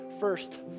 first